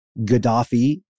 Gaddafi